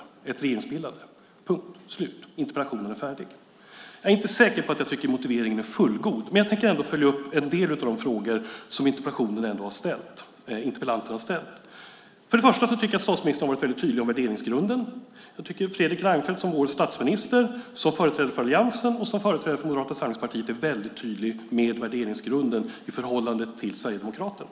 punkt, slut. Interpellationen är färdig. Jag är inte säker på att jag tycker att motiveringen är fullgod, men jag tänker ändå följa upp en del av de frågor som interpellanten har ställt. För det första tycker jag att statsministern har varit väldigt tydlig med värderingsgrunden. Fredrik Reinfeldt är som vår statsminister, som företrädare för alliansen och som företrädare för Moderata samlingspartiet väldigt tydlig med värderingsgrunden i förhållande till Sverigedemokraterna.